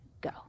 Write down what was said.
go